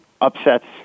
upsets